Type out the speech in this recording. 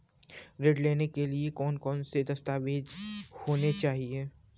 ऋण लेने के लिए कौन कौन से दस्तावेज होने चाहिए?